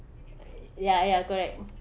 ya ya correct